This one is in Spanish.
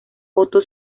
otto